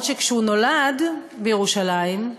אף-על-פי שכשהוא נולד, בירושלים,